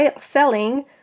selling